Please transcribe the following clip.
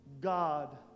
God